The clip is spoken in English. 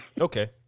okay